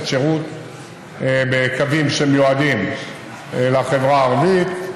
שירות בקווים שמיועדים לחברה הערבית.